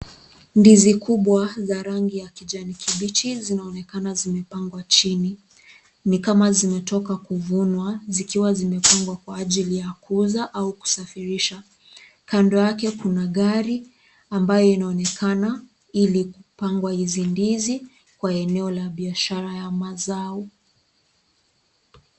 Ndizi kubwa za rangi ya kijani kibichi zinonekana zinepangwa chini. Nikama zinetoka kuvunwa, zikiwa zinepangwa kwa ajili ya kuza au kusafirisha. Kando yake kuna gari ambayo inaonekana ilikupangwa hizi ndizi kwa eneo la biyashara ya mazao.